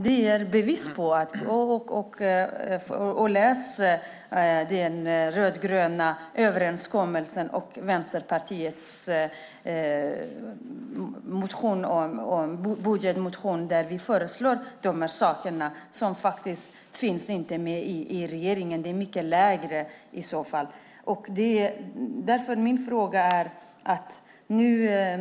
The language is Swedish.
Läs den rödgröna överenskommelsen och Vänsterpartiets budgetmotion, där vi föreslår de här sakerna som faktiskt inte finns med i regeringens budget! I så fall är siffrorna mycket lägre.